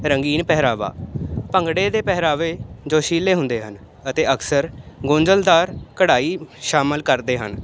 ਰੰਗੀਨ ਪਹਿਰਾਵਾ ਭੰਗੜੇ ਦੇ ਪਹਿਰਾਵੇ ਜੋਸ਼ੀਲੇ ਹੁੰਦੇ ਹਨ ਅਤੇ ਅਕਸਰ ਗੁੰਝਲਦਾਰ ਕਢਾਈ ਸ਼ਾਮਿਲ ਕਰਦੇ ਹਨ